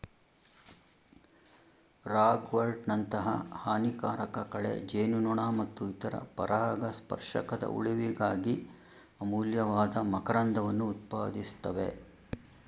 ರಾಗ್ವರ್ಟ್ನಂತಹ ಹಾನಿಕಾರಕ ಕಳೆ ಜೇನುನೊಣ ಮತ್ತು ಇತರ ಪರಾಗಸ್ಪರ್ಶಕದ ಉಳಿವಿಗಾಗಿ ಅಮೂಲ್ಯವಾದ ಮಕರಂದವನ್ನು ಉತ್ಪಾದಿಸ್ತವೆ